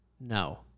no